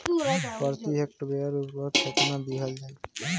प्रति हेक्टेयर उर्वरक केतना दिहल जाई?